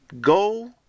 go